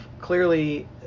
clearly